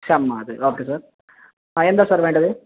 Shammad okay sir ആ എന്താ sir വേണ്ടത്